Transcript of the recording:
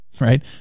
Right